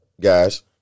guys